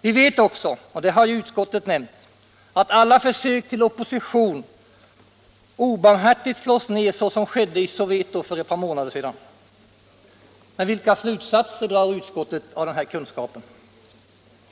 Vi vet också, och det har ju utskottet nämnt, att alla försök till opposition obarmhärtigt slås ner så som skedde i Soweto för ett par månader sedan. Men vilka slutsatser drar utskottet av den här kunskapen?